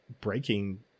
breaking